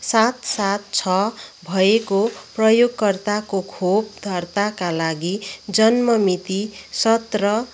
सात सात छ भएको प्रयोगकर्ताको खोप दर्ताका लागि जन्म मिति सत्र